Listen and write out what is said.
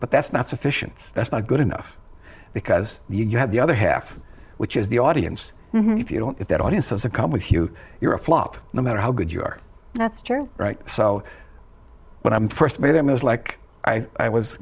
but that's not sufficient that's not good enough because you have the other half which is the audience if you don't get that audiences that come with you you're a flop no matter how good you are that's right so when i first made them it was like i was